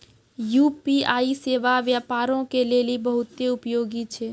UPI सेबा व्यापारो के लेली बहुते उपयोगी छै